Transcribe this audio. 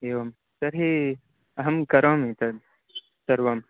एवं तर्हि अहं करोमि तद् सर्वं